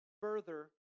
Further